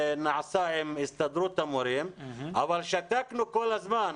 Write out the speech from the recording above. שנעשה עם הסתדרות המורים, אבל שתקנו כל הזמן.